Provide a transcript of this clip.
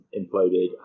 imploded